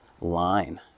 line